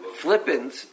flippant